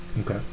Okay